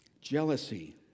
jealousy